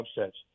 upsets